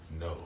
No